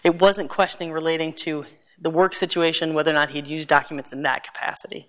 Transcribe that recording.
it wasn't questioning relating to the work situation whether or not he'd use documents in that capacity